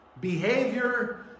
behavior